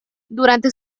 durante